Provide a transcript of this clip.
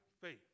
faith